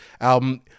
album